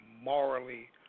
morally